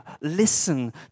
listen